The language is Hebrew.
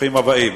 ברוכים הבאים,